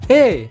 Hey